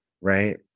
right